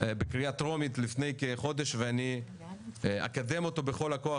בקריאה טרומית לפני כחודש ואני אקדם אותו בכל הכוח